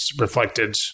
reflected